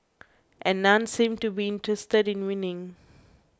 and none seemed to be interested in winning